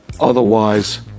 Otherwise